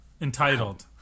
Entitled